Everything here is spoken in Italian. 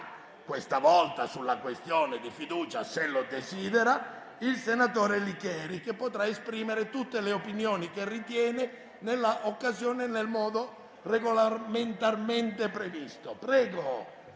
questa volta sulla questione di fiducia, se lo desidera - il senatore Licheri, che potrà esprimere tutte le opinioni che ritiene nell'occasione e nel modo previsti